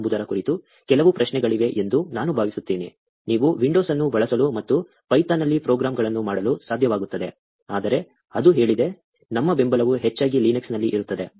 ಎಂಬುದರ ಕುರಿತು ಕೆಲವು ಪ್ರಶ್ನೆಗಳಿವೆ ಎಂದು ನಾನು ಭಾವಿಸುತ್ತೇನೆ ನೀವು ವಿಂಡೋಸ್ ಅನ್ನು ಬಳಸಲು ಮತ್ತು ಪೈಥಾನ್ನಲ್ಲಿ ಪ್ರೋಗ್ರಾಂಗಳನ್ನು ಮಾಡಲು ಸಾಧ್ಯವಾಗುತ್ತದೆ ಆದರೆ ಅದು ಹೇಳಿದೆ ನಮ್ಮ ಬೆಂಬಲವು ಹೆಚ್ಚಾಗಿ Linux ನಲ್ಲಿ ಇರುತ್ತದೆ